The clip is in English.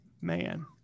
Man